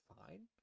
fine